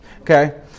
Okay